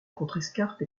contrescarpe